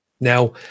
Now